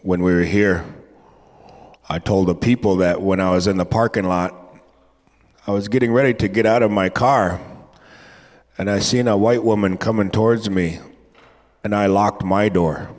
when we were here i told the people that when i was in the parking lot i was getting ready to get out of my car and i seen a white woman coming towards me and i locked my door